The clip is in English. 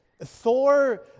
Thor